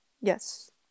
Yes